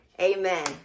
amen